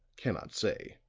cannot say.